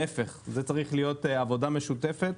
להפך, זו צריכה להיות עבודה משותפת.